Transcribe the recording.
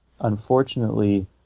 unfortunately